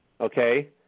Okay